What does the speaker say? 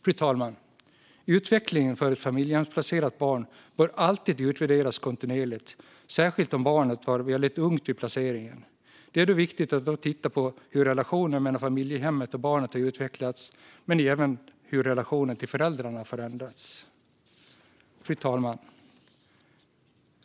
Fru talman! Utvecklingen för ett familjehemsplacerat barn bör alltid utvärderas kontinuerligt, särskilt om barnet var väldigt ungt vid placeringen. Det är då viktigt att titta på hur relationen mellan familjehemmet och barnet har utvecklats, men även hur relationen till föräldrarna har förändrats. Fru talman!